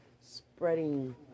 spreading